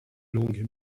longue